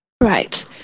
right